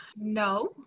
No